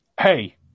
Hey